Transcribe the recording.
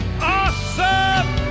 Awesome